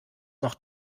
noch